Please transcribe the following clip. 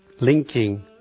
linking